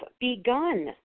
begun